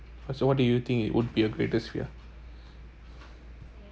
so what do you think it would be a greatest fear